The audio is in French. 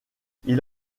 ils